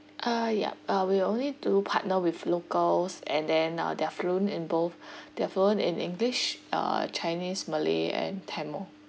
uh ya uh we will only do partner with locals and then uh they are fluent in both they are fluent in english uh chinese malay and tamil